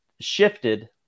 shifted